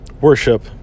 Worship